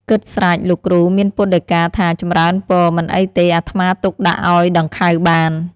គិតស្រេចលោកគ្រូមានពុទ្ធដីកាថា "ចម្រើនពរ! មិនអីទេ អាត្មាទុកដាក់ឲ្យដង្ខៅបាន"។